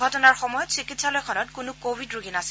ঘটনাৰ সময়ত চিকিৎসালয়খনত কোনো কভিড ৰোগী নাছিল